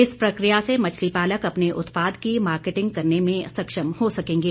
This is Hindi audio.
इस प्रक्रिया से मछली पालक अपने उत्पाद की मार्केटिंग करने में सक्षम हो सकेंगे